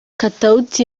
katauti